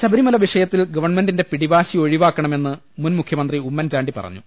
ശബരിമല വിഷയത്തിൽ ഗവൺമെന്റിന്റെ പിടിവാശി ഒഴിവാ ക്കണമെന്ന് മുൻ മുഖ്യമന്ത്രി ഉമ്മൻചാണ്ടി പറഞ്ഞു